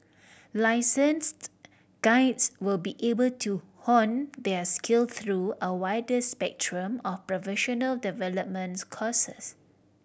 licensed guides will be able to hone their skill through a wider spectrum of professional developments courses